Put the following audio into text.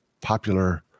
popular